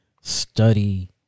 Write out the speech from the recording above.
study